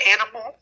animal